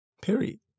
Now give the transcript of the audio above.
period